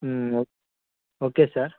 okay okay sir